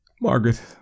Margaret